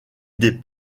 des